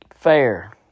fair